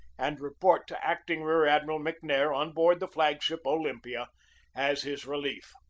and report to acting rear-admiral mcnair on board the flag-ship olympia as his relief.